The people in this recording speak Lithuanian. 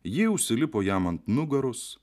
ji užsilipo jam ant nugaros